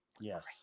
Yes